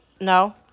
No